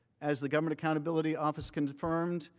as the government accountability office confirmed,